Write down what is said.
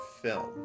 film